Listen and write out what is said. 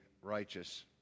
righteous